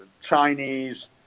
chinese